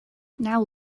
now